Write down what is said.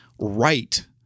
right